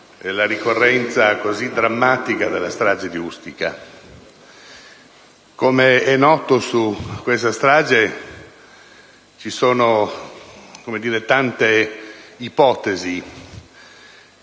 la ricorrenza così drammatica della strage di Ustica. Com'è noto, su questa strage ci sono tante ipotesi,